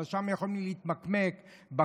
אבל שם יכולנו להתמקמק בחום,